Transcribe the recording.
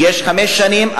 חמש שנים,